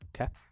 Okay